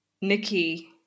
Nikki